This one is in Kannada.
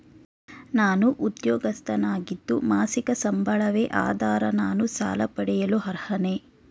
ನಾನು ಉದ್ಯೋಗಸ್ಥನಾಗಿದ್ದು ಮಾಸಿಕ ಸಂಬಳವೇ ಆಧಾರ ನಾನು ಸಾಲ ಪಡೆಯಲು ಅರ್ಹನೇ?